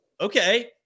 okay